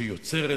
שיוצרת